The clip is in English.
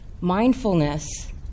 Mindfulness